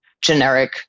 generic